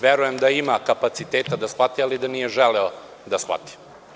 Verujem da ima kapaciteta da shvati, ali da nije želeo da shvati.